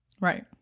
Right